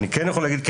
כולנו באותו צד פה.